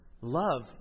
love